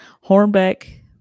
Hornbeck